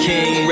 King